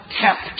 kept